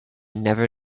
never